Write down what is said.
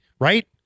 right